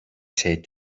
said